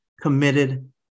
committed